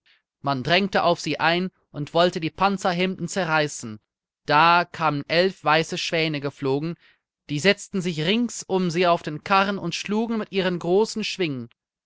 man drängte auf sie ein und wollte die panzerhemden zerreißen da kamen elf weiße schwäne geflogen die setzten sich rings um sie auf den karren und schlugen mit ihren großen schwingen